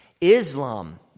Islam